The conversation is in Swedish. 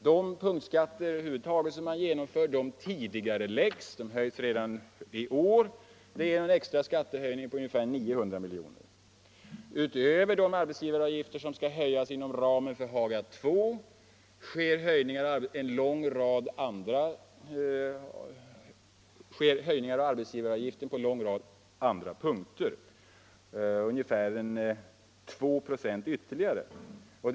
De punktskatter som man över huvud taget genomför kommer att höjas redan i år, och det ger en extra skattehöjning på ungefär 900 miljoner. Utöver de arbetsgivaravgifter som skall höjas inom ramen för Haga II sker höjningar av arbetsgivaravgifterna på en lång rad andra punkter med ytterligare ungefär 2 96.